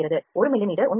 1 மிமீ 1